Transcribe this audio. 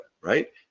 right